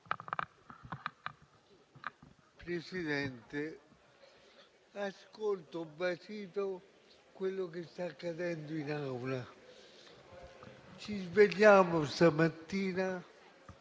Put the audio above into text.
Presidente, ascolto basito quello che sta accadendo in Assemblea. Ci svegliamo stamattina